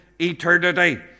eternity